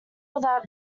without